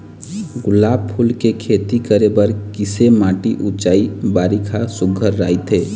गुलाब फूल के खेती करे बर किसे माटी ऊंचाई बारिखा सुघ्घर राइथे?